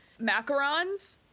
macarons